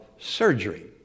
surgery